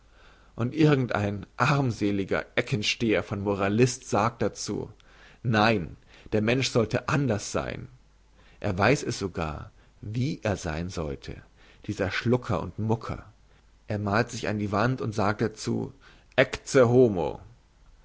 und irgend ein armseliger eckensteher von moralist sagt dazu nein der mensch sollte anders sein er weiss es sogar wie er sein sollte dieser schlucker und mucker er malt sich an die wand und sagt dazu ecce homo